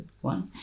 one